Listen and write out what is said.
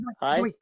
Hi